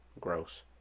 gross